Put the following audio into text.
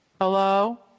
Hello